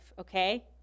okay